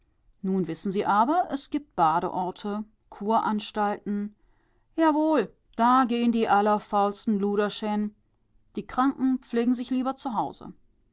nun wissen sie aber es gibt badeorte kuranstalten jawohl da gehn die allerfaulsten ludersch hin die kranken pflegen sich lieber